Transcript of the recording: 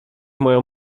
moją